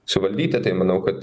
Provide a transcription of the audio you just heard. suvaldyti tai manau kad